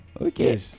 Okay